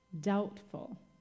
doubtful